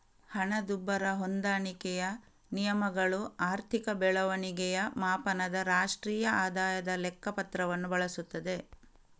ಹಣದುಬ್ಬರ ಹೊಂದಾಣಿಕೆಯ ನಿಯಮಗಳು ಆರ್ಥಿಕ ಬೆಳವಣಿಗೆಯ ಮಾಪನದ ರಾಷ್ಟ್ರೀಯ ಆದಾಯದ ಲೆಕ್ಕ ಪತ್ರವನ್ನು ಬಳಸುತ್ತದೆ